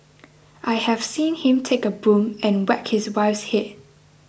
I have seen him take a broom and whack his wife's head